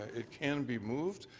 it can be moved.